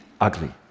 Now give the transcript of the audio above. ugly